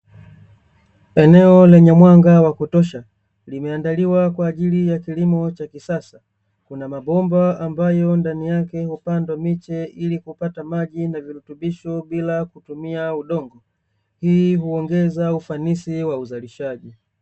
Eneo lenye mwanga wa kutosha limeandaliwa kwa ajili ya kilimo cha kisasa, kuna mabomba ambayo ndani yake gamepandwa miche ili kupata maji na virutubisho bila kutumia udongo hii huongeza ufanisi wa uzalishaji.